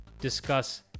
discuss